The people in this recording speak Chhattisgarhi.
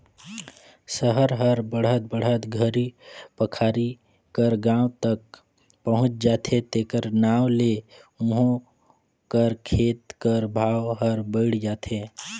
सहर हर बढ़त बढ़त घरी पखारी कर गाँव तक पहुंच जाथे तेकर नांव ले उहों कर खेत कर भाव हर बइढ़ जाथे